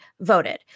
voted